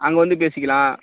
அங்கே வந்து பேசிக்கலாம்